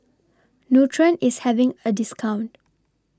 Nutren IS having A discount